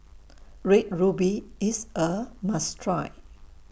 Red Ruby IS A must Try